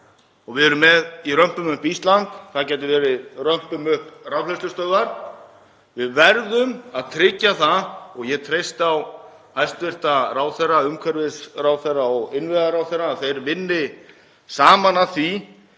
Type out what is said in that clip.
við erum með í Römpum upp Ísland. Það gæti verið Römpum upp rafhleðslustöðvar. Við verðum að tryggja það og ég treysti á hæstv. ráðherra, umhverfisráðherra og innviðaráðherra, að þeir vinni saman að því